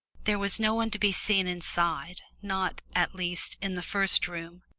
there was no one to be seen inside, not, at least, in the first room,